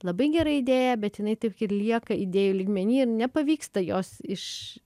labai gera idėja bet jinai taip ir lieka idėjų lygmeny ir nepavyksta jos iš